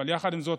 אבל יחד עם זאת,